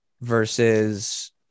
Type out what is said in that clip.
versus